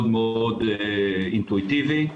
מאוד אינטואיטיבי.